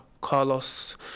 Carlos